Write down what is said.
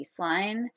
baseline